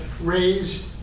raised